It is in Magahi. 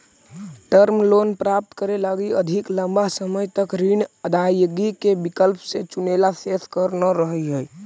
टर्म लोन प्राप्त करे लगी अधिक लंबा समय तक ऋण अदायगी के विकल्प के चुनेला शेष कर न रहऽ हई